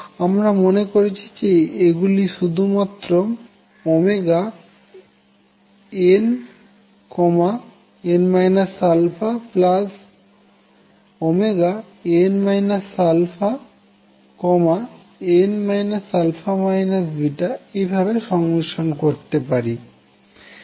আমরা মনে করেছি যে এগুলিকে শুধুমাত্র nn αn αn α β এইভাবে সংমিশ্রন করতে পারি